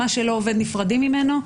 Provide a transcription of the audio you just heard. מה שלא עובד נפרדים ממנו,